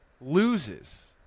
loses –